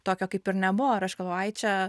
tokio kaip ir nebuvo ir aš galvoju ai čia